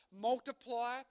multiply